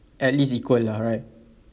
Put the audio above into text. at least equal lah right